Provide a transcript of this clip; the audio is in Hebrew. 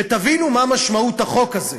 שתבינו מה משמעות החוק הזה.